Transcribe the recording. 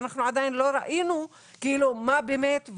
אנחנו לא ראינו מה באמת,